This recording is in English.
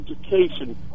education